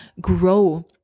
grow